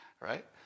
right